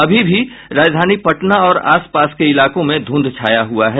अभी भी राजधानी पटना और आसपास के इलाकों में धुंध छाया हुआ है